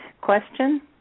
question